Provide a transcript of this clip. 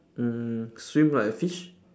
mm swim like a fish